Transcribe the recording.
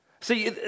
See